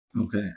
Okay